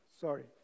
sorry